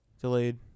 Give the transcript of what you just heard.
delayed